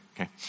Okay